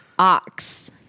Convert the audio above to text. Ox